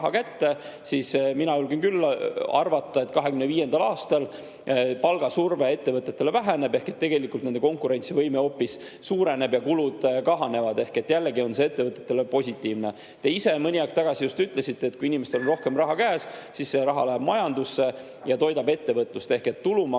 siis mina julgen küll arvata, et 2025. aastal palgasurve ettevõtetele väheneb ehk tegelikult nende konkurentsivõime hoopis suureneb ja kulud kahanevad. Jällegi, see on ettevõtetele positiivne. Te ise mõni aeg tagasi ütlesite, et kui inimestel on rohkem raha käes, siis see raha läheb majandusse ja toidab ettevõtlust. Tulumaksureform